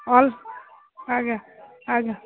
all ଆଜ୍ଞା ଆଜ୍ଞା